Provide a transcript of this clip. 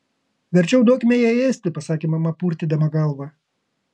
verčiau duokime jai ėsti pasakė mama purtydama galvą